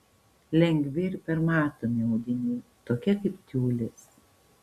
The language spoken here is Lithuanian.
lengvi ir permatomi audiniai tokie kaip tiulis